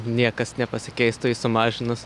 niekas nepasikeistų jį sumažinus